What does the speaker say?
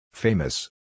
Famous